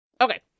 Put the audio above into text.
Okay